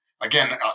Again